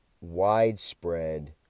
widespread